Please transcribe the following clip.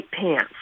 pants